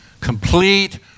Complete